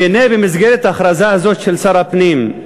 והנה, במסגרת ההכרזה הזאת של שר הפנים,